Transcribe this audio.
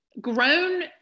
grown